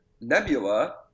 Nebula